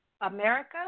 America